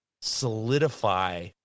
solidify